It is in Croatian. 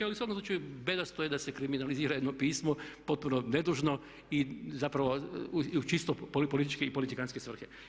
Ali u svakom slučaju bedasto je da se kriminalizira jedno pismo potpuno nedužno i zapravo i u čisto politički i politikantske svrhe.